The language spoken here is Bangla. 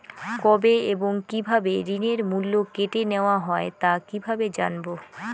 কবে এবং কিভাবে ঋণের মূল্য কেটে নেওয়া হয় তা কিভাবে জানবো?